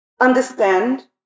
understand